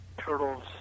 Turtles